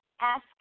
ask